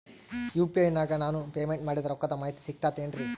UPI ನಾಗ ನಾನು payment ಮಾಡಿದ ರೊಕ್ಕದ ಮಾಹಿತಿ ಸಿಕ್ತಾತೇನ್ರೀ?